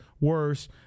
worse